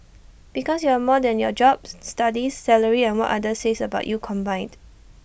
because you're more than your jobs studies salary and what others say about you combined